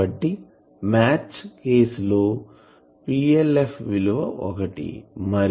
కాబట్టి match case లో PLF విలువ 1